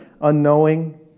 unknowing